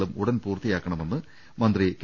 കളും ഉടൻ പൂർത്തിയാക്കണമെന്ന് മന്ത്രി കെ